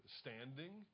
standing